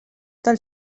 del